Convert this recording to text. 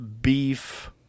beef